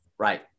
right